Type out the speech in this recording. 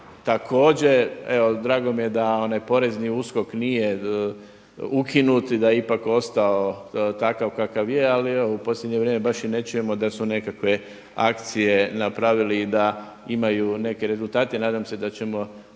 također. Evo drago mi je da onaj porezni USKOK nije ukinut i da je ipak ostao takav kakav je. Ali evo u posljednje vrijeme baš i ne čujemo da su nekakve akcije napravili da imaju neke rezultate i nadam se da ćemo